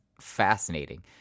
fascinating